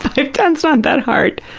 five-ten is not that hard.